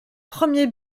premier